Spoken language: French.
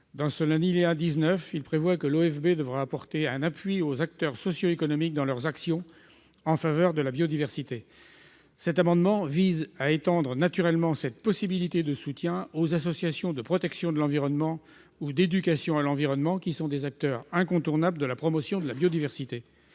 l'alinéa 19 prévoit que celui-ci devra apporter un appui aux acteurs socio-économiques dans leurs actions en faveur de la biodiversité. Cet amendement vise à étendre cette possibilité de soutien aux associations de protection de l'environnement ou d'éducation à l'environnement, qui sont des acteurs incontournables de la promotion de la biodiversité